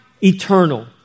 eternal